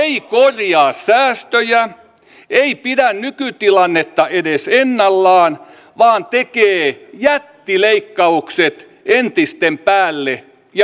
ei korjaa säästöjä ei pidä nykytilannetta edes ennallaan vaan tekee jättileikkaukset entisten päälle ja lisäksi